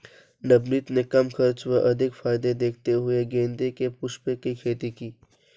नवनीत ने कम खर्च व अधिक फायदे देखते हुए गेंदे के पुष्पों की खेती की